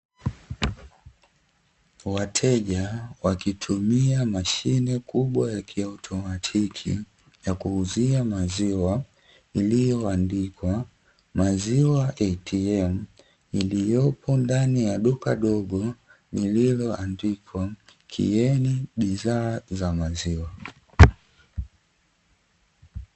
Wateja wakitumia mashine kubwa ya kiautomatiki ya kuuzia maziwa iliyoandikwa maziwa “ATM” iliyopo ndani ya duka dogo lililoandikwa, “Kieni bidhaa za maziwa”.